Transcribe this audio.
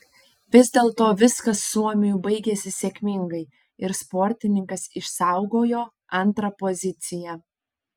vis dėlto viskas suomiui baigėsi sėkmingai ir sportininkas išsaugojo antrą poziciją